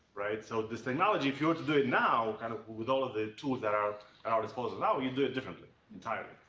so this technology, if you were to do it now kind of with all of the tools that are at our disposal now, you'd do it differently, entirely.